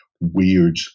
weird